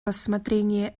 рассмотрение